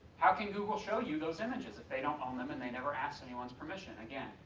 how can google show you those images if they don't own them and they never asked anyone's permission? again,